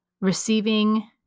receiving